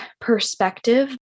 perspective